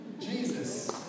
Jesus